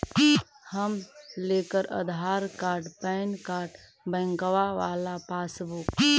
हम लेकर Aadhaar card PAN card बैंकवा वाला पासबुक?